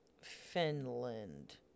Finland